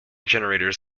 generators